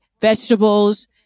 vegetables